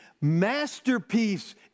Masterpiece